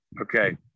Okay